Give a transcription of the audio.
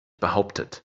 behauptet